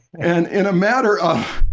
and in a matter of